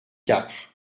quatre